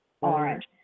orange